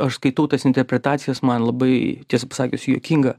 aš skaitau tas interpretacijos man labai tiesą pasakius juokinga